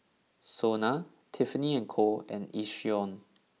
Sona Tiffany and Co and Yishion